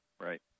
Right